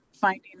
finding